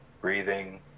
breathing